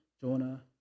Jonah